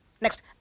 Next